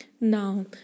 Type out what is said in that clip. Now